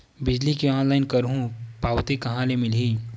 बिजली के ऑनलाइन करहु पावती कहां ले मिलही?